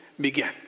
begin